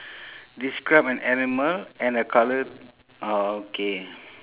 describe an animal and a colour orh okay